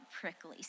prickly